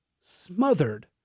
smothered